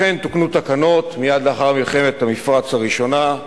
לכן תוקנו תקנות מייד לאחר מלחמת המפרץ הראשונה,